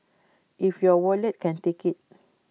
if your wallet can take IT